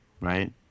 Right